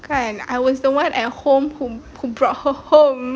kan I was the one at home who brought her home